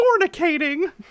fornicating